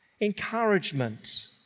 Encouragement